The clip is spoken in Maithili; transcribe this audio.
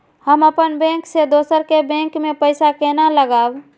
हम अपन बैंक से दोसर के बैंक में पैसा केना लगाव?